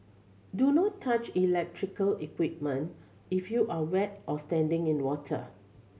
do not touch electrical equipment if you are wet or standing in water